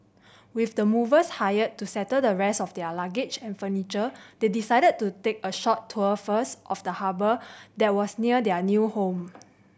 with the movers hired to settle the rest of their luggage and furniture they decided to take a short tour first of the harbour that was near their new home